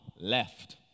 left